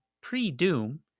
pre-doom